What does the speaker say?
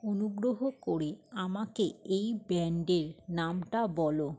অনুগ্রহ করে আমাকে এই ব্যান্ডের নামটা বলো